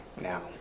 now